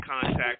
contact